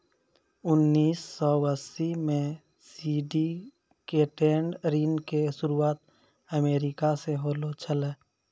उन्नीस सौ अस्सी मे सिंडिकेटेड ऋणो के शुरुआत अमेरिका से होलो छलै